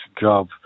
job